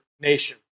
nations